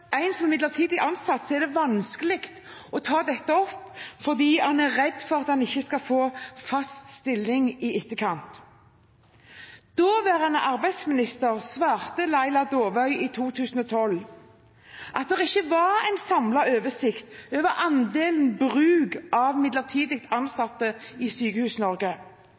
som er midlertidig ansatt, er det vanskelig å ta dette opp, fordi en er redd for at en ikke skal få fast stilling i etterkant. Daværende arbeidsminister svarte Laila Dåvøy i 2012 at det ikke var en samlet oversikt over mengden bruk av midlertidig ansatte i